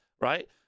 right